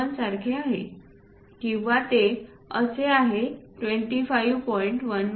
01सारखे आहे किंवा ते असे आहे 25